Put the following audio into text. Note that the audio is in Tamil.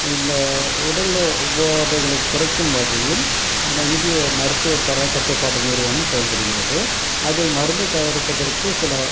இந்த உடலில் உபாதைகளை குறைக்கும் வகையில் நம்ம இந்திய மருத்துவ தர கட்டுப்பாட்டு நிறுவனம் செயல்படுகிறது அது மருந்து தயாரிப்பதற்கு சில